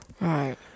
Right